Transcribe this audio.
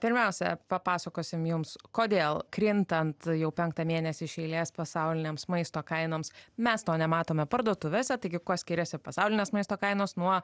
pirmiausia papasakosim jums kodėl krintant jau penktą mėnesį iš eilės pasaulinėms maisto kainoms mes to nematome parduotuvėse taigi kuo skiriasi pasaulinės maisto kainos nuo